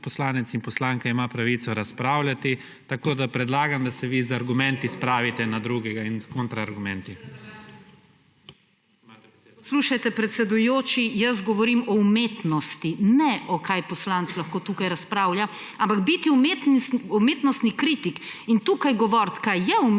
poslanec in poslanka ima pravico razpravljati, tako da predlagam, da se vi z argumenti spravite na drugega in s kontra argumenti. **VIOLETA TOMIĆ (PS Levica):** Poslušajte, predsedujoči, jaz govorim o umetnosti, ne o tem, kaj poslanec lahko tukaj razpravlja. Ampak biti umetnostni kritik in tukaj govoriti, kaj je